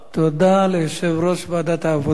תודה ליושב-ראש ועדת העבודה